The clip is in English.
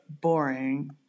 Boring